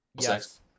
yes